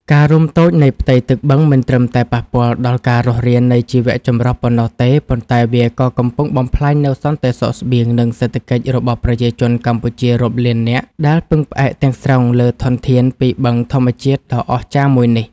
ការរួមតូចនៃផ្ទៃទឹកបឹងមិនត្រឹមតែប៉ះពាល់ដល់ការរស់រាននៃជីវៈចម្រុះប៉ុណ្ណោះទេ ប៉ុន្តែវាក៏កំពុងបំផ្លាញនូវសន្តិសុខស្បៀង និងសេដ្ឋកិច្ចរបស់ប្រជាជនកម្ពុជារាប់លាននាក់ ដែលពឹងផ្អែកទាំងស្រុងលើធនធានពីបឹងធម្មជាតិដ៏អស្ចារ្យមួយនេះ។